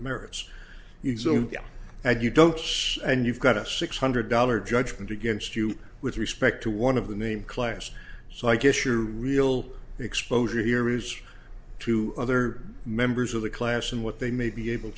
s and you don't and you've got a six hundred dollars judgment against you with respect to one of the name clash so i guess your real exposure here is to other members of the class and what they may be able